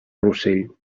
rossell